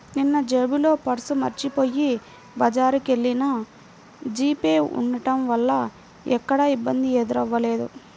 నిన్నజేబులో పర్సు మరచిపొయ్యి బజారుకెల్లినా జీపే ఉంటం వల్ల ఎక్కడా ఇబ్బంది ఎదురవ్వలేదు